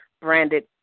branded